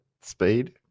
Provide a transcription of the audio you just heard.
speed